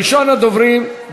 ראשון הדוברים,